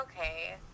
Okay